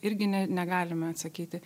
irgi ne negalime atsakyti